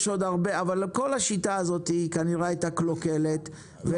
כנראה שכל השיטה הזאת הייתה קלוקלת.